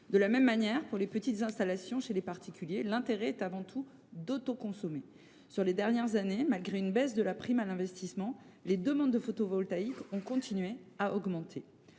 De la même manière, pour les petites installations chez les particuliers, l’intérêt est avant tout d’autoconsommer. Lors des dernières années, malgré une baisse de la prime à l’investissement, les demandes de photovoltaïque ont continué à augmenter.